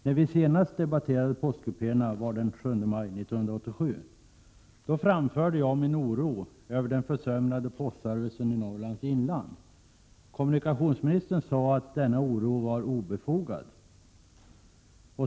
När vi senast debatterade postkupéerna var det den 7 maj 1987. Då framförde jag min oro över den försämrade postservicen till Norrlands inland. Kommunikationsministern sade att denna oro var obefogad.